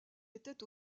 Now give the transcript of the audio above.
était